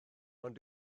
ond